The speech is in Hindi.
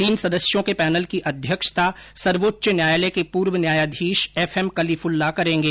तीन सदस्यों के पैनल की अध्यक्षता सर्वोच्च न्यायालय के पूर्व न्यायाधीश एफ एम कलीफ़ल्ला करेंगे